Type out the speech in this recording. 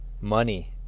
money